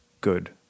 good